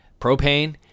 propane